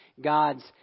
God's